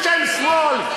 בשם שמאל,